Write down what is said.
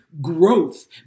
Growth